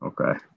Okay